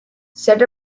set